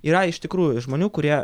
yra iš tikrųjų žmonių kurie